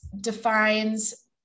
defines